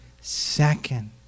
second